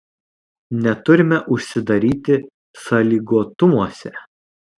neturime užsidaryti sąlygotumuose